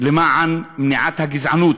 למען מניעת הגזענות,